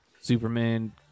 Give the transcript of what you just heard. superman